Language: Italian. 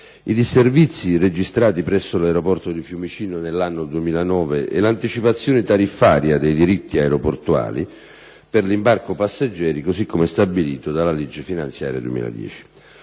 i disservizi registrati presso l'aeroporto di Fiumicino nell'anno 2009 e l'anticipazione tariffaria dei diritti aeroportuali per l'imbarco passeggeri, così come stabilito dalla legge finanziaria 2010.